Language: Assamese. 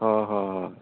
অঁ অঁ